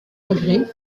regret